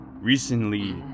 Recently